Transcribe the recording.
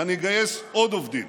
ואני אגייס עוד עובדים.